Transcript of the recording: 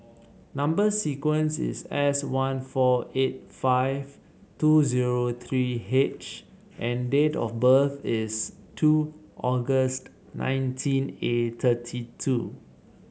number sequence is S one four eight five two zero three H and date of birth is two August nineteen and thirty two